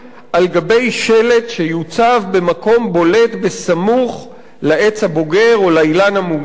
על גבי שלט שיוצב במקום בולט בסמוך לעץ הבוגר או לאילן המוגן,